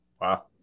Wow